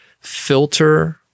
filter